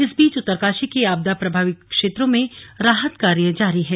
इस बीच उत्तरकाशी के आपदा प्रभावित क्षेत्रों में राहत कार्य जारी है